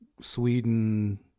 Sweden